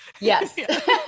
Yes